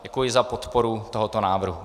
Děkuji za podporu tohoto návrhu.